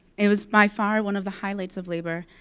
it was by far one of the highlights of labor,